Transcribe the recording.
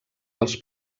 dels